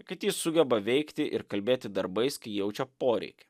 kad ji sugeba veikti ir kalbėti darbais kai jaučia poreikį